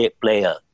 player